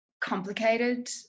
complicated